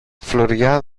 φλουριά